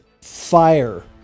fire